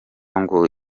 ngo